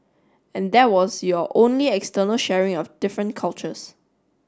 and that was your only external sharing of different cultures